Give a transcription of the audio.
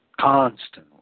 constantly